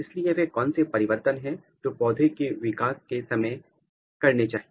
इसलिए वह कौन से परिवर्तन है जो अब पौधे को विकास के समय करने चाहिए